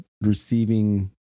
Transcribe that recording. receiving